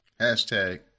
Hashtag